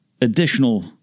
additional